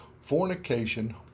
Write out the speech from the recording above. fornication